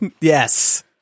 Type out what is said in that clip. Yes